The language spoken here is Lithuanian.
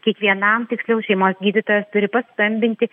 kiekvienam tiksliau šeimos gydytojas turi paskambinti